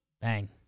bang